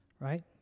right